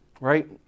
right